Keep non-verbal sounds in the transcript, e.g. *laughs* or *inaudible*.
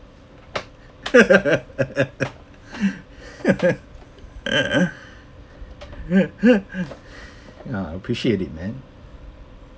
*laughs* ya appreciate it man